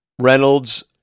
Reynolds